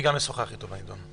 גם אני אשוחח איתו בנדון.